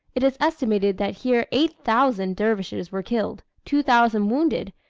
it is estimated that here eight thousand dervishes were killed, two thousand wounded,